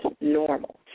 normal